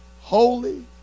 holy